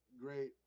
great